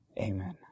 Amen